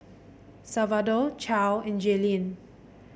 Salvador Charle and Jaelynn